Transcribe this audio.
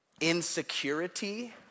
insecurity